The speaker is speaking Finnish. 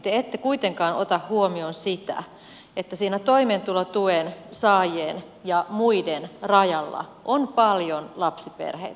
te ette kuitenkaan ota huomioon sitä että siinä toimeentulotuen saajien ja muiden rajalla on paljon lapsiperheitä